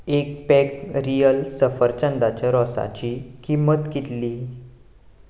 एक pack real सफरचंदाच्या रोसाची किंमत कितली